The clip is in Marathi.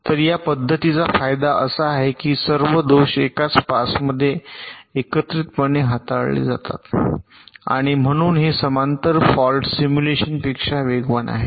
तर या पद्धतीचा फायदा असा आहे की सर्व दोष एकाच पासमध्ये एकत्रितपणे हाताळले जातात आणि म्हणून हे समांतर फॉल्ट सिम्युलेशनपेक्षा वेगवान आहे